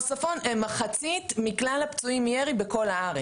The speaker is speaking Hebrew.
צפון הם מחצית מכלל הפצועים מירי בכל הארץ.